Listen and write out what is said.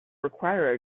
require